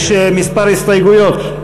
יש מספר הסתייגות: